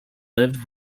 lived